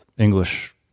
English